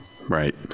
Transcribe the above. right